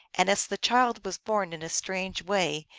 and as the child was born in a strange way,